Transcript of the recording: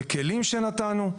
בכלים שנתנו.